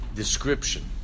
description